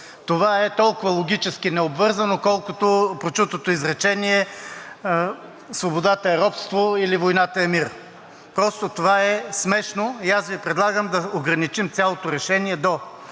Това е толкова логически необвързано, колкото прочутото изречение: „Свободата е робство. Войната е мир.“ Просто това е смешно и аз Ви предлагам да ограничим цялото решение до